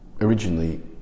originally